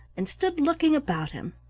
and stood looking about him.